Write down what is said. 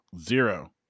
Zero